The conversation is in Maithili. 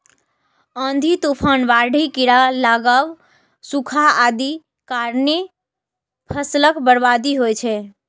आंधी, तूफान, बाढ़ि, कीड़ा लागब, सूखा आदिक कारणें फसलक बर्बादी होइ छै